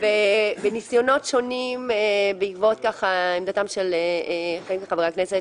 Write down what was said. בנסיונות שונים בעקבות עמדתם של חלק מחברי הכנסת